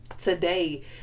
today